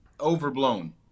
overblown